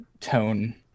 tone